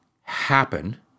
happen